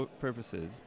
purposes